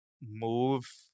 move